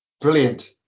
brilliant